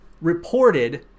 reported